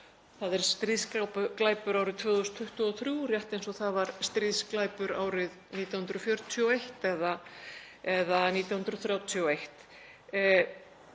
Það er stríðsglæpur árið 2023, rétt eins og það var stríðsglæpur árið 1941 eða 1931.